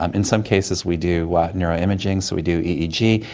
um in some cases we do neuro imaging, so we do eeg,